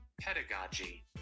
Pedagogy